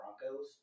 Broncos